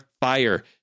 fire